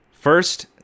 First